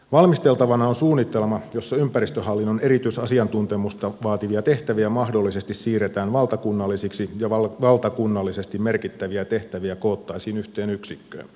valmisteltavana on suunnitelma jossa ympäristöhallinnon erityisasiantuntemusta vaativia tehtäviä mahdollisesti siirretään valtakunnallisiksi ja valtakunnallisesti merkittäviä tehtäviä koottaisiin yhteen yksikköön